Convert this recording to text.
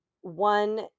one